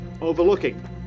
overlooking